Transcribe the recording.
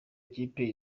ikipe